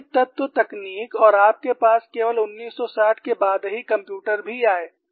परिमित तत्व तकनीक और आपके पास केवल 1960 के बाद ही कंप्यूटर भी आये